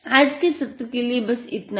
आज के सत्र के लिए बस इतना ही